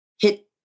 hit